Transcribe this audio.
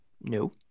No